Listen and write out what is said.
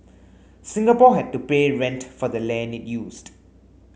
Singapore had to pay rent for the land it used